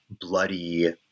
bloody